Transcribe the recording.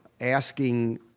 asking